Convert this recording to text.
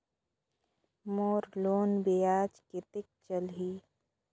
मोर loan ब्याज कतेक चलही?